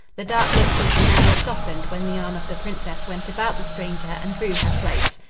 the dark looks of the men were softened when the arm of the princess went about the stranger and drew her close.